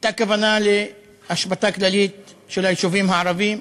הייתה כוונה להשבתה כללית של היישובים הערביים.